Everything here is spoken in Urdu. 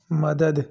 مدد